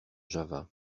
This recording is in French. java